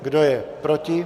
Kdo je proti?